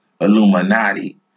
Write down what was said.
Illuminati